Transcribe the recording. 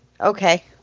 okay